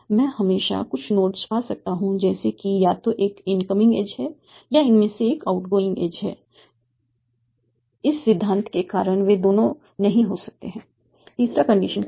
मैं हमेशा कुछ नोड्स पा सकता हूं जैसे कि या तो एक इनकमिंग एज है या इनमें से एक आउटगोइंग एज है इस सिद्धांत के कारण वे दोनों नहीं हो सकते हैं तीसरा कंडीशन कौन सा है